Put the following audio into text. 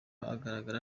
ahagarara